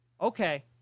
okay